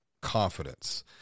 confidence